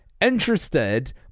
interested